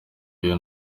iyo